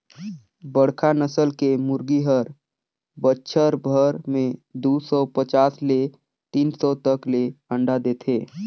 बड़खा नसल के मुरगी हर बच्छर भर में दू सौ पचास ले तीन सौ तक ले अंडा देथे